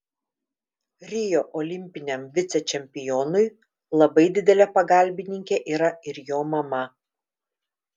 rio olimpiniam vicečempionui labai didelė pagalbininkė yra ir jo mama